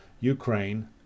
Ukraine